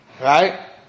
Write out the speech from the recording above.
right